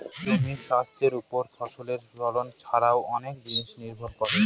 জমির স্বাস্থ্যের ওপর ফসলের ফলন ছারাও অনেক জিনিস নির্ভর করে